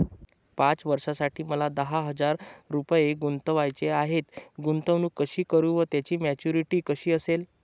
पाच वर्षांसाठी मला दहा हजार रुपये गुंतवायचे आहेत, गुंतवणूक कशी करु व त्याची मॅच्युरिटी कशी असेल?